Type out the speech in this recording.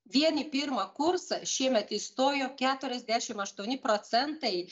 vien į pirmą kursą šiemet įstojo keturiasdešim aštuoni procentai